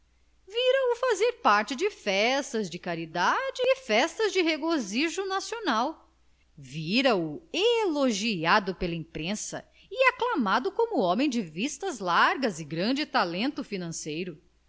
vira o fazer parte de festas de caridade e festas de regozijo nacional vira o elogiado pela imprensa e aclamado como homem de vistas largas e grande talento financeiro